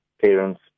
parents